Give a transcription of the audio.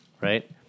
right